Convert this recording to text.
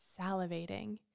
salivating